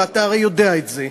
ואתה הרי יודע את זה,